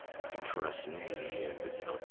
you can trust me, and, but, you know,